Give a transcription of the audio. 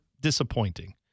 disappointing